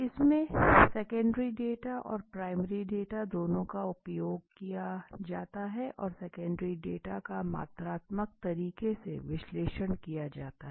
इसमे secondary data और primary data दोनों का उपयोग किया जाता है और सेकेंडरी डेटा का मात्रात्मक तरीके से विश्लेषण किया जाता है